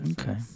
Okay